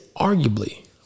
arguably